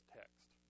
text